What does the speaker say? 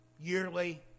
yearly